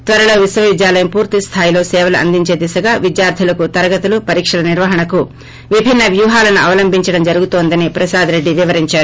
త్వరలో విశ్వవిద్యాలయం పూర్తిస్థాయిలో సేవలు అందించే దిశగా విద్యార్ధులకు తరగతులు పరిక్షల నిర్వహణకు విభిన్న వ్యూహాలను అవలంభించడం జరుగుతోందని ప్రసాద్ రెడ్డి వివరించారు